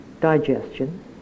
digestion